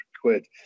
quid